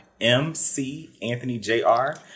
MCAnthonyJR